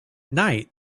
night